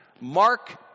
Mark